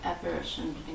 aversion